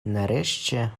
nareszcie